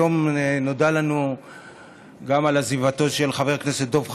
היום נודע לנו גם על עזיבתו של חבר הכנסת דב חנין,